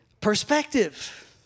Perspective